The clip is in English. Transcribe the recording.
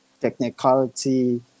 technicality